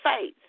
face